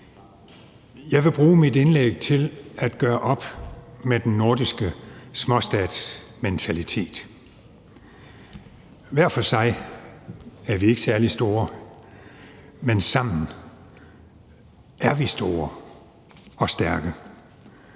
Jeg vil bruge mit indlæg til at gøre op med den nordiske småstatsmentalitet. Hver for sig er vi ikke særlig store, men sammen er vi store og stærke.